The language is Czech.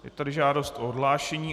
Je tady žádost o odhlášení.